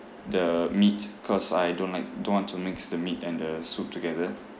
the meat cause I don't like don't want to mix the meat and the soup together